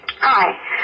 hi